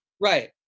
Right